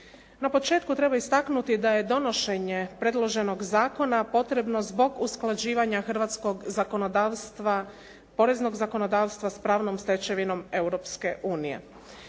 Na početku treba istaknuti da je donošenje predloženog zakona potrebno zbog usklađivanja hrvatskog zakonodavstva, poreznog zakonodavstva sa pravnom stečevinom Europske unije.